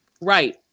Right